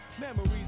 Memories